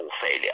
failure